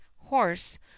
horse